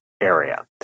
area